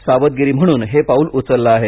सावधगिरी म्हणून हे पाउल उचलले आहे